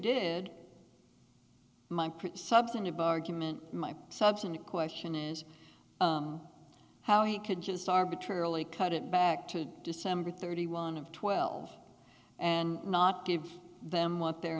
pretty substantive argument my substantive question is how you could just arbitrarily cut it back to december thirty one of twelve and not give them what they're